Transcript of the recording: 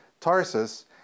Tarsus